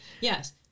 Yes